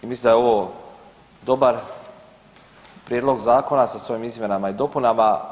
I mislim da je ovo dobar prijedlog zakona sa svojim izmjenama i dopunama.